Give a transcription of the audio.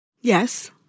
Yes